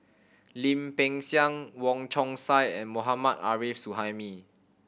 Lim Peng Siang Wong Chong Sai and Mohammad Arif Suhaimi